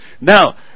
Now